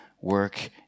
work